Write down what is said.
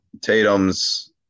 Tatum's